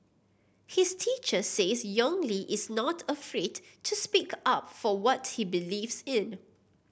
his teacher says Yong Li is not afraid to speak up for what he believes in